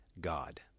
God